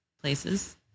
places